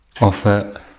offer